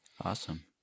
Awesome